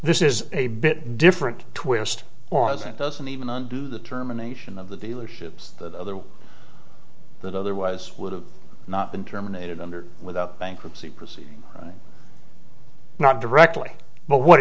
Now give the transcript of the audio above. this is a bit different twist or as it doesn't even undo the terminations of the dealerships the that otherwise would have not been terminated under without bankruptcy proceeding not directly but what